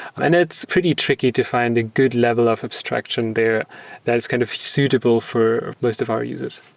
and it's pretty tricky to find a good level of abstraction there that is kind of suitable for most of our users.